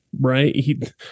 right